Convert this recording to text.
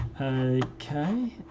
Okay